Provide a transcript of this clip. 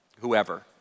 whoever